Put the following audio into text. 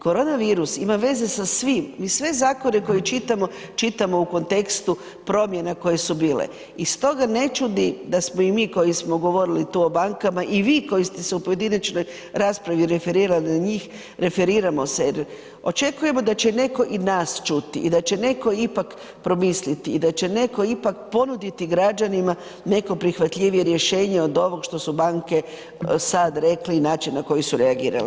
Koronavirus ima veze sa svim, mi sve zakone koje čitamo, čitamo u kontekstu promjena koje su bile i stoga ne čudi da smo i mi koji smo govorili tu o bankama i vi koji ste se u pojedinačnoj raspravi referirali na njih, referiramo se jer očekujemo da će netko i nas čuti i da će netko ipak promisliti i da će netko ipak ponuditi građanima neko prihvatljivije rješenje od ovog što su banke sad rekli i način na koje su reagirale.